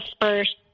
first